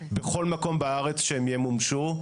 בכל מקום בארץ שהן ימומשו.